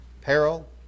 peril